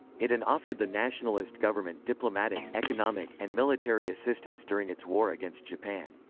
it and offered the nationalist government diplomatic, economic, and military assistance during its war against japan.